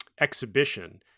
exhibition